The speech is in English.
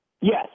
Yes